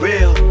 real